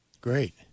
Great